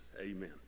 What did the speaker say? Amen